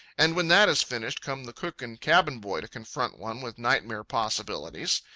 and when that is finished, come the cook and cabin-boy to confront one with nightmare possibilities.